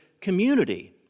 community